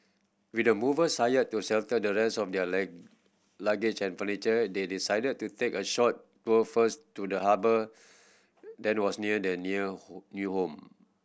with the movers hired to settle the rest of their luggage and furniture they decided to take a short tour first to the harbour that was near their new new home